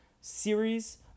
series